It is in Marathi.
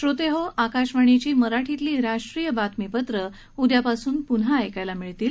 श्रोतेहो आकाशवाणीची मराठीतली राष्ट्रीय बातमीपत्रं उद्यापासून पुन्हा ऐकायला मिळतील